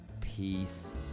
Peace